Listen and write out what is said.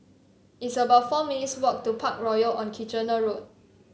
it's about four minutes' walk to Parkroyal on Kitchener Road